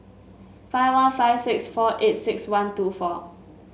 five one five six four eight six one two four